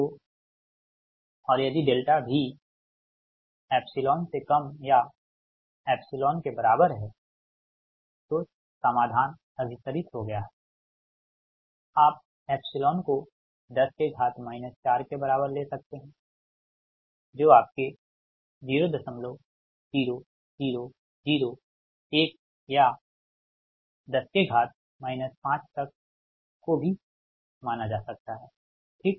तो और यदि डेल्टा V एप्सिलॉन से कम या एप्सिलॉन के बराबर है तो समाधान अभिसरित हो गया हैआप एप्सिलॉन को 10 के घात माइनस 4 के बराबर ले सकते है जो आपके 00001 या 10 के घात माइनस 5 तक को भी माना जा सकता है ठीक